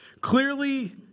Clearly